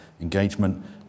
engagement